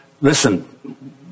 Listen